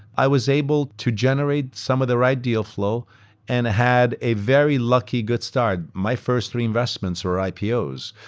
i was able to generate some of the ideal flow and had a very lucky good start. my first three investments were ipos,